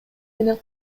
менен